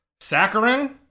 Saccharin